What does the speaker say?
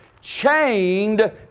chained